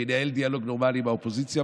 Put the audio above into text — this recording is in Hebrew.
וינהל דיאלוג נורמלי עם האופוזיציה,